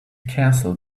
castle